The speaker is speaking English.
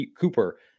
Cooper